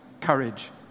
courage